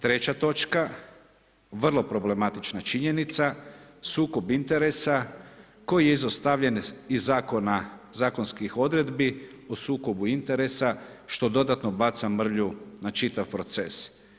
Treća točka vrlo problematična činjenica, sukob interesa koji je izostavljen iz zakona, zakonskih odredbi o sukobu interesa, što dodatno baca mrlju na čitav proces.